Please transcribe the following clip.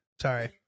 Sorry